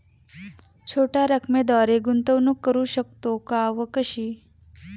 छोट्या रकमेद्वारे गुंतवणूक करू शकतो का व कशी?